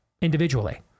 individually